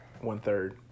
one-third